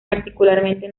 particularmente